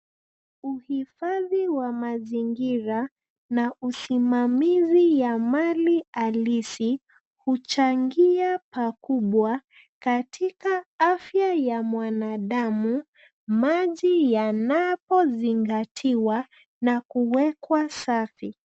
Uhifadhi wa mazingira na usimamizi ya mali asili huchangia pakubwa katika afya ya mwanadamu maji yanapozingatiwa na kuekwa safi.